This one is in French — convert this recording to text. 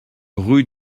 rue